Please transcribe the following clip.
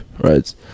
right